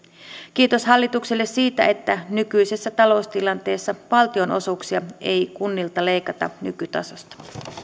kiitos hallitukselle siitä että nykyisessä taloustilanteessa valtionosuuksia ei kunnilta leikata nykytasosta